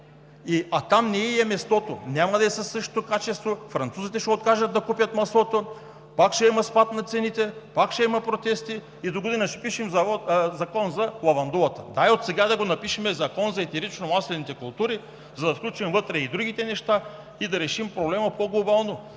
а там не ѝ е мястото! Няма да е със същото качество, французите ще откажат да купят маслото, пак ще има спад на цените, пак ще има протести и догодина ще пишем закон за лавандулата. Дайте отсега да напишем закон за етерично-маслените култури, за да включим вътре и другите неща и да решим проблема по-глобално,